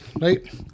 right